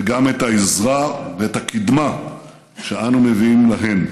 וגם את העזרה ואת הקדמה שאנו מביאים להן.